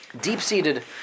deep-seated